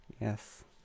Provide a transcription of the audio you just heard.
Yes